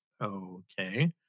Okay